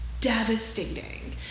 devastating